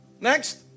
Next